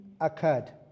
Occurred